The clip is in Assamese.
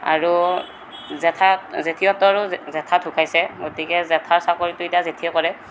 আৰু জেঠা জেঠীহঁতৰো জেঠা ঢুকাইছে গতিকে জেঠাৰ চাকৰিটো এতিয়া জেঠীয়ে কৰে